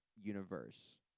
universe